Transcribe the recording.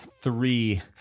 three